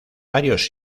varios